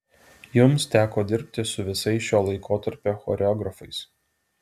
jums teko dirbti su visais šio laikotarpio choreografais